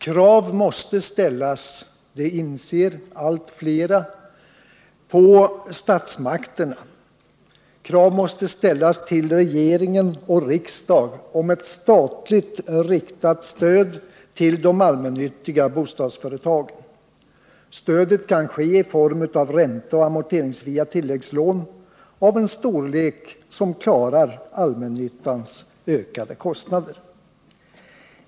Krav måste också ställas — det inser allt flera — på statsmakterna, och krav måste ställas på regering och riksdag om ett statligt, riktat stöd till de allmännyttiga bostadsföretagen. Stödet kan ges i form av ränteoch amorteringsfria tilläggslån av en storlek som gör det möjligt att klara allmännyttans ökade kostnader.